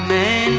may